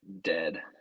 dead